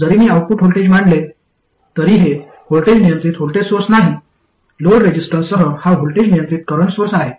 जरी मी output voltage मानले तरी हे व्होल्टेज नियंत्रित व्होल्टेज सोर्स नाही लोड रेझिस्टरसह हा व्होल्टेज नियंत्रित करंट सोर्स आहे